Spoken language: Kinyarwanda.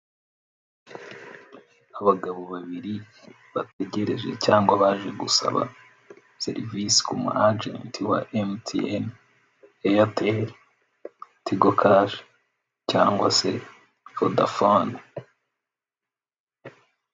Abagabo babiri bategereje cyangwa baje gusaba serivise ku mu agenti wa emutiyene, eyateli, tigo kashi cyangwa se foda fone.